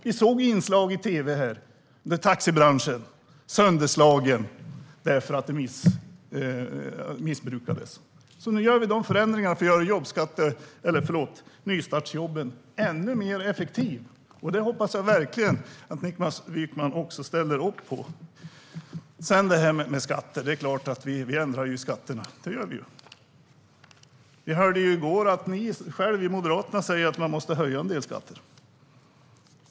Vi såg inslag i tv om att taxibranschen är sönderslagen därför att detta missbrukats. Nu gör vi förändringar för att göra nystartsjobben ännu mer effektiva. Det hoppas jag verkligen att Niklas Wykman ställer upp på. Sedan gäller det detta med skatter. Det är klart att vi ändrar skatterna - det gör vi. Vi hörde i går att ni i Moderaterna själva säger att man måste höja en del skatter.